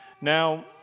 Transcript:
Now